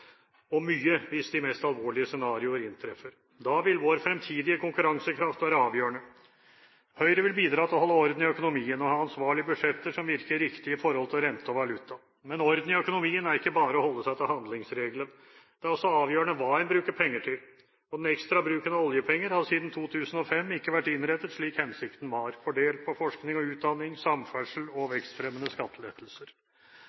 svekkes mye – hvis de mest alvorlige scenarioer inntreffer. Da vil vår fremtidige konkurransekraft være avgjørende. Høyre vil bidra til å holde orden i økonomien og ha ansvarlige budsjetter som virker riktige i forhold til rente og valuta. Men orden i økonomien er ikke bare å holde seg til handlingsregelen. Det er også avgjørende hva en bruker penger til, og den ekstra bruken av oljepenger har siden 2005 ikke vært innrettet slik hensikten var, fordelt på forskning og utdanning, samferdsel og